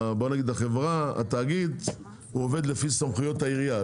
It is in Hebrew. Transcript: החברה, התאגיד, הוא עובד לפי סמכויות העירייה.